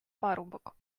парубок